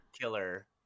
killer